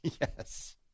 yes